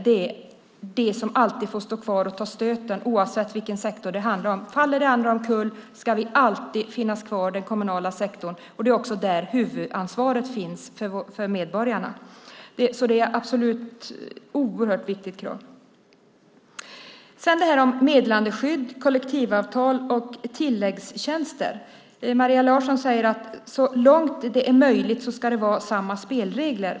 Det är det som alltid får stå kvar och ta stöten, oavsett vilken sektor det handlar om. Faller det andra omkull ska den kommunala sektorn alltid finnas kvar. Det är också där huvudansvaret finns för medborgarna. Det är absolut ett oerhört viktigt krav. När det gäller meddelarskydd, kollektivavtal och tilläggstjänster säger Maria Larsson att så långt det är möjligt ska det vara samma spelregler.